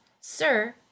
Sir